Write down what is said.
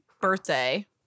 birthday